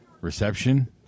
reception